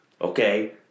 okay